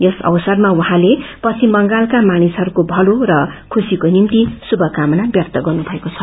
यस अवसरमा उहाँले पश्चिम बंगालका मानिसहरूको भलो र खुशीको निम्ति शुभकामना व्यक्त गर्नु भएको छ